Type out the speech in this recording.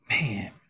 Man